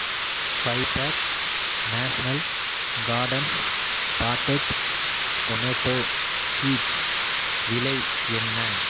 five pack national gardens potted tomato seeds விலை என்ன